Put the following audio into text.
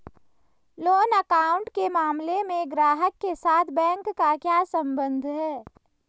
Loan account के मामले में ग्राहक के साथ बैंक का क्या संबंध है?